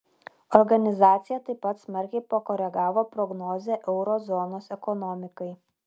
organizacija taip pat smarkiai pakoregavo prognozę euro zonos ekonomikai